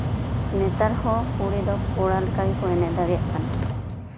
ᱱᱮᱛᱟᱨ ᱫᱚ ᱠᱩᱲᱤ ᱦᱚᱸ ᱠᱚᱲᱟ ᱞᱮᱠᱟ ᱠᱚ ᱮᱱᱮᱡ ᱫᱟᱲᱮᱭᱟᱜ ᱠᱟᱱᱟ